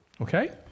Okay